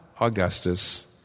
Augustus